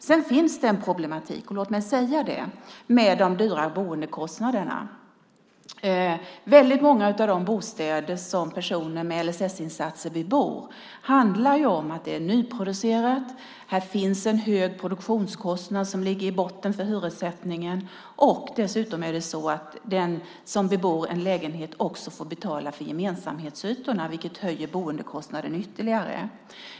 Sedan finns det en problematik, låt mig säga det, med de dyra boendekostnaderna. Väldigt många av de bostäder som personer med LSS-insatser vill bo i är nyproducerade med en hög produktionskostnad som ligger i botten för hyressättningen, och dessutom får den som bebor en lägenhet också betala för gemensamhetsytorna, vilket höjer boendekostnaden ytterligare.